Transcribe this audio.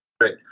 Great